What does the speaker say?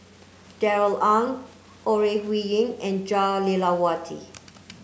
Darrell Ang Ore Huiying and Jah Lelawati